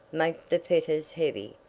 make the fetters heavy!